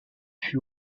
fut